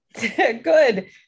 Good